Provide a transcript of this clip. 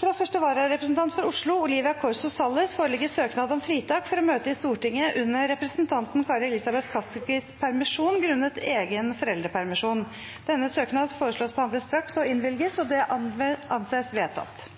Fra første vararepresentant for Oslo, Olivia Corso Salles , foreligger søknad om fritak for å møte i Stortinget under representanten Kari Elisabeth Kaskis permisjon, grunnet egen foreldrepermisjon. Etter forslag fra presidenten ble enstemmig besluttet: Søknadene behandles straks og innvilges.